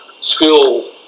school